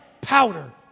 powder